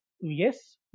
yes